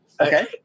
Okay